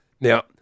Now